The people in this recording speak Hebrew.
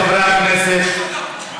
חברי הכנסת.